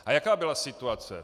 A jaká byla situace?